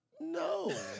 No